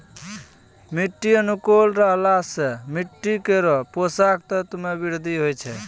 मिट्टी अनुकूल रहला सँ मिट्टी केरो पोसक तत्व म वृद्धि होय छै